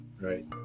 right